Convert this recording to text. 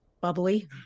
Bubbly